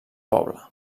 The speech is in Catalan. poble